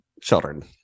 children